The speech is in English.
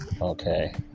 Okay